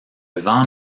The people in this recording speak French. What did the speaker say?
vent